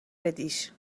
بدیش